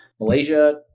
Malaysia